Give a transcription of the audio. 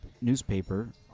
newspaper